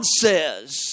says